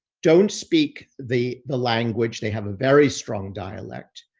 don't speak the the language. they have a very strong dialect.